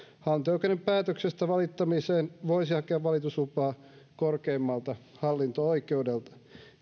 hallinto oikeuden päätöksestä valittamiseen voisi hakea valituslupaa korkeimmalta hallinto oikeudelta